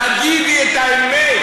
תגידי את האמת,